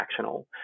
transactional